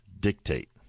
dictate